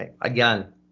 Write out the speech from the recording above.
Again